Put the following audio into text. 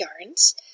Yarns